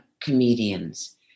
comedians